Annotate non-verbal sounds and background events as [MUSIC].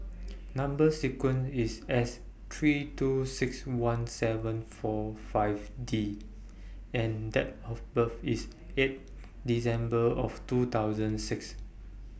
[NOISE] Number sequence IS S three two six one seven four five D and Date of birth IS eight December of two thousand six